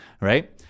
right